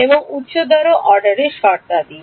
এবং উচ্চতর অর্ডার শর্তাদি